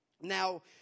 Now